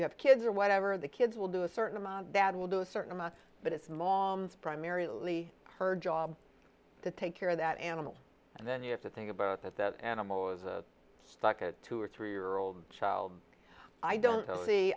you have kids or whatever the kids will do a certain amount that will do a certain amount but it's mom's primarily her job to take care of that animal and then you have to think about that the animal is a like a two or three year old child i don't see